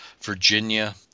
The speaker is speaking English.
Virginia